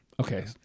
Okay